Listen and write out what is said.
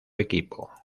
equipo